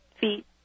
feet